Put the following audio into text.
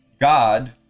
God